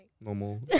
Normal